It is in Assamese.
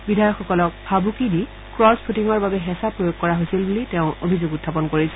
বিধায়কসকলক ভাবুকি দি ক্ৰ'ছ ভোটিঙৰ বাবে হেঁচা প্ৰয়োগ কৰা হৈছিল বুলি তেওঁ অভিযোগ উখাপন কৰিছে